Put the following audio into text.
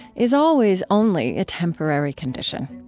is always only a temporary condition.